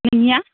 नोंनिया